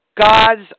God's